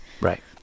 Right